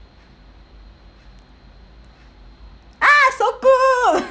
ah so good